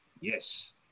Yes